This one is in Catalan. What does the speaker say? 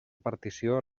partició